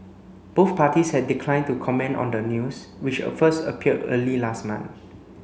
both parties had declined to comment on the news which first appeared early last month